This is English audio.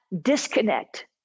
disconnect